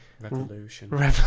revolution